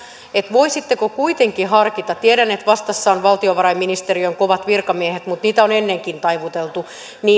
voisitteko kuitenkin harkita tätä tiedän että vastassa ovat valtiovarainministeriön kovat virkamiehet mutta on niitä ennenkin taivuteltu